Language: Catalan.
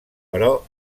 però